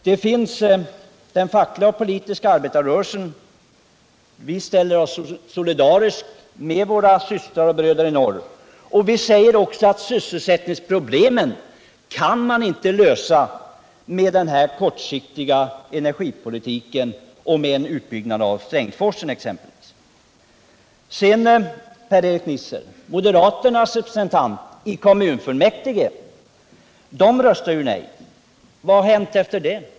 Vi inom den fackliga och politiska arbetarrörelsen ställer oss solidariska med våra systrar och bröder i norr. Vi säger också att sysselsättningsproblemen inte kan lösas med denna kortsiktiga energipolitik och med en utbyggnad av exempelvis Strängsforsen. Moderaternas representanter i kommunfullmäktige röstade nej, herr Nisser. Vad har hänt efter det?